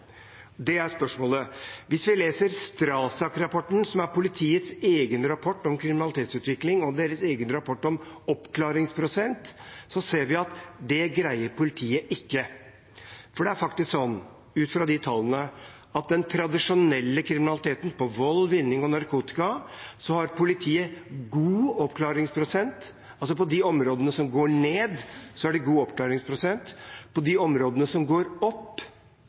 Det er spørsmålet. Hvis vi leser STRASAK-rapporten, som er politiets egen rapport om kriminalitetsutvikling og deres egen rapport om oppklaringsprosent, ser vi at det greier politiet ikke. Ut fra de tallene har politiet på den tradisjonelle kriminaliteten – vold, vinning og narkotika – god oppklaringsprosent, altså på de områdene som går ned, har de god oppklaringsprosent. På de områdene som går opp,